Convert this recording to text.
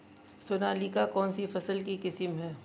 सोनालिका कौनसी फसल की किस्म है?